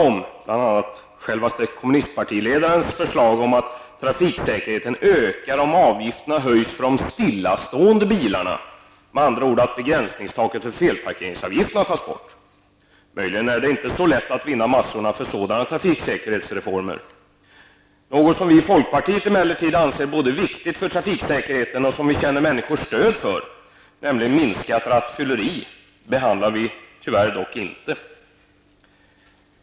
Och självaste kommunistpartiledaren har förslag om att trafiksäkerheten kan öka om avgifterna för stillastående bilar höjs. Med andra ord skulle begränsningstaket för felparkeringsavgifter tas bort. Det är möjligen inte särskilt lätt att vinna massornas gillande med sådana trafiksäkerhetsreformer. Något som vi i folkpartiet anser vara viktigt för trafiksäkerheten och som vi upplever att människor stöder är att rattfylleriet minskar. Men den saken behandlas tyvärr inte.